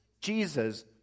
Jesus